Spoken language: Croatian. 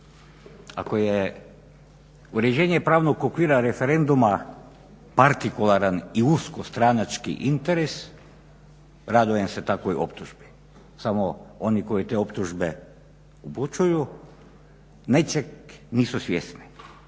Ako je uređenje pravnog okvira referenduma i uskostranački interes, radujem se takvoj optužbi. Samo oni koji te optužbe upućuju nečeg nisu svjesni